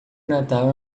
natal